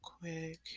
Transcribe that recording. quick